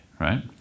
right